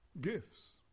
gifts